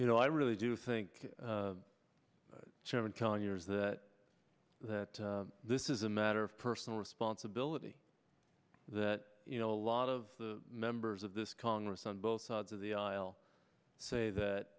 you know i really do think chairman conyers that that this is a matter of personal responsibility that you know a lot of the members of this congress on both sides of the aisle say that